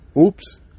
oops